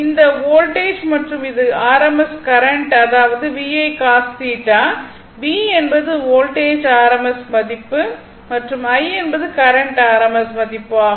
இந்த வோல்டேஜ் மற்றும் இது rms கரண்ட் அதாவது VI cos θ V என்பது வோல்டேஜ் rms மதிப்பு மற்றும் I என்பது கரண்ட் rms மதிப்பு ஆகும்